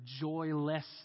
joyless